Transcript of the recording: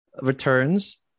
returns